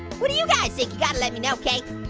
what do you guys think? you gotta let me know, okay?